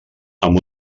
amb